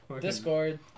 Discord